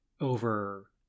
over